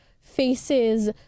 faces